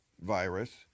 virus